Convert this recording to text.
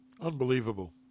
unbelievable